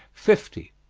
fifty.